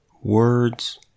words